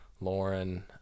Lauren